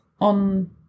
On